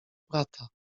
brata